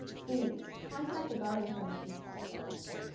please contact a gard information specialist.